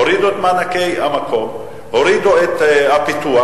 הורידו את מענקי המקום, הורידו את הפיתוח.